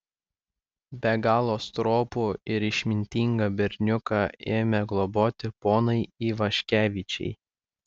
be galo stropų ir išmintingą berniuką ėmė globoti ponai ivaškevičiai